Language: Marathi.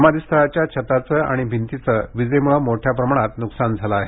समाधीस्थळाच्या छताचं आणि भिंतीचं वीजेमुळं मोठ्या प्रमाणात नुकसान झालं आहे